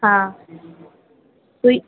हाँ वही